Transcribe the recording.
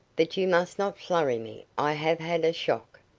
but you must not flurry me. i have had a shock.